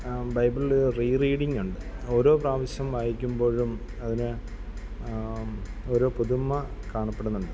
ബൈബിളിൽ റീറീഡിങ്ങുണ്ട് ഓരോ പ്രാവിശ്യം വായിക്കുമ്പോഴും അതിന് ഓരോ പുതുമ കാണപ്പെടുന്നുണ്ട്